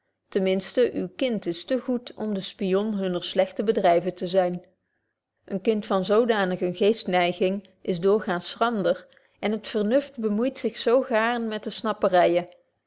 ten minsten uw kind is te goed om de spion hunner slegte bedryven te zyn een kind van zodanig eene geestneiging is doorgaans schrander en het vernuft bemoeit zich zo gaarn met de snapperyen